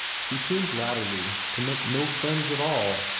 she seemed latterly to make no friends at all.